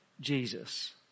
Jesus